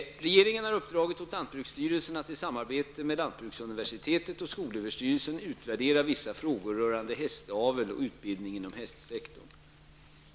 Regeringen har uppdragit åt lantbruksstyrelsen att i samarbete med Sveriges lantbruksuniversitet och skolöverstyrelsen utvärdera vissa frågor rörande hästavel och utbildning inom hästsektorn.